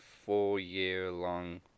four-year-long